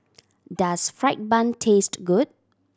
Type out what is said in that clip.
does fried bun taste good